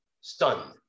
stunned